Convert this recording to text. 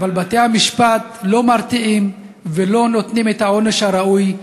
אבל בתי-המשפט לא מרתיעים ולא נותנים את העונש הראוי,